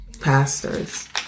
pastors